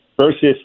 versus